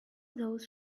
those